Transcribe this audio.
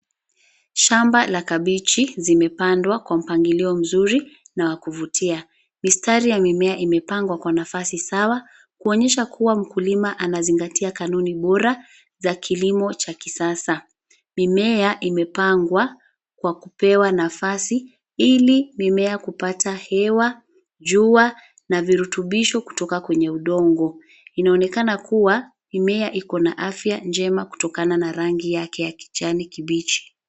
Shamba la kabichi zimepandwa kwa mpangilio mzuri na wa kuvutia. Mistari ya mimea imepangwa kwa nafasi sawa kuonyesha kuwa mkulima anazingatia kanuni bora za kilimo cha kisasa. Mimea imepangwa kwa kupewa nafasi ili mimea kupata hewa, jua na virutubisho kutoka kwenye udongo, inaonekana kuwa mimea iko na afya njema kutokana na rangi yake ya kichwani kibichi.